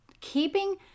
Keeping